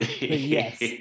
yes